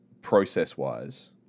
process-wise